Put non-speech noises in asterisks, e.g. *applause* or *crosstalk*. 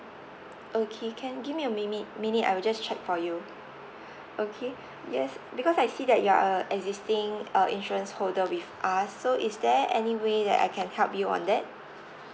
okay can give me a minute minute I will just check for you *breath* okay yes because I see that you are a existing uh insurance holder with us so is there any way that I can help you on that